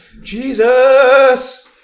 Jesus